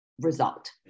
result